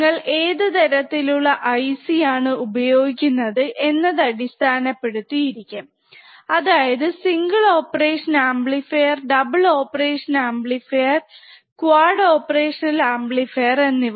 നിങ്ങൾ ഏതുതരത്തിലുള്ള ഐസി ആണ് ഉപയോഗിക്കുന്നത് എന്നതു അടിസ്ഥാനപ്പെടുത്തി ഇരിക്കും അതായത് single operation amplifier double operation amplifier quad operational amplifier എന്നിവ